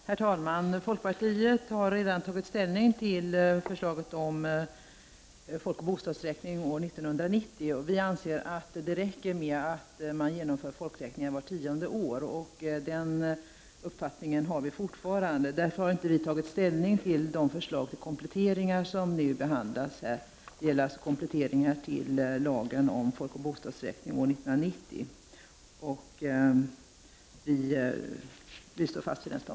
Herr talman! Folkpartiet har redan tagit ställning till förslaget om en folkoch bostadsräkning år 1990. Vi anser att det räcker med att man genomför folkräkningar vart tionde år, och den uppfattningen har vi fortfarande. Därför har vi inte tagit ställning till de förslag till kompletteringar som nu behandlas; det gäller alltså kompletteringar till lagen om folkoch bostadsräkning år 1990.